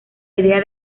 idea